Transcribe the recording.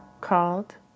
called